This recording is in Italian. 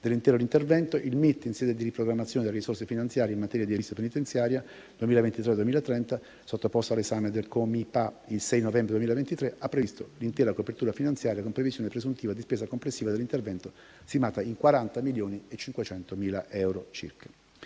dell'intero intervento, il MIT, in sede di riprogrammazione delle risorse finanziarie in materia di edilizia penitenziaria 2023-2030 - sottoposta all'esame del Comipa. il 6 novembre 2023 - ha previsto l'intera copertura finanziaria con previsione presuntiva di spesa complessiva dell'intervento stimata in 40,5 milioni di euro circa.